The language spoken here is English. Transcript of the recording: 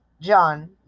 John